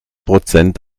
prozent